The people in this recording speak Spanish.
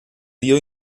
dio